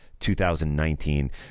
2019